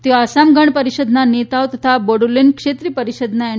તેઓ આસામ ગણ પરિષદના નેતાઓ તથા બોડોલેન્ડ ક્ષેત્રીય પરિષદના એન